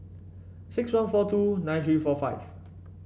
six one four two nine three four five